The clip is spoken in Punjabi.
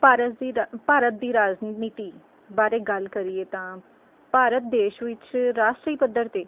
ਭਾਰਤ ਦੀ ਭਾਰਤ ਦੀ ਰਾਜਨੀਤੀ ਬਾਰੇ ਗੱਲ ਕਰੀਏ ਤਾਂ ਭਾਰਤ ਦੇਸ਼ ਵਿੱਚ ਰਾਸ਼ਟਰੀ ਪੱਧਰ 'ਤੇ